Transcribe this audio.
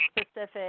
Specific